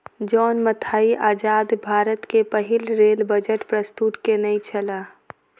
John Mathai आजाद भारत के पहिल रेल बजट प्रस्तुत केनई छला